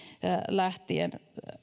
lähtien on